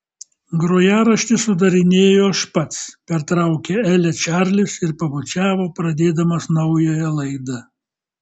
grojaraštį sudarinėju aš pats pertraukė elę čarlis ir pabučiavo pradėdamas naująją laidą